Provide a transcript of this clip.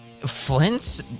Flint's